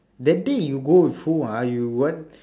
that day you go with who ah you [one]